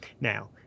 Now